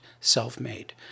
self-made